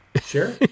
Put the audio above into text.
Sure